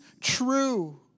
true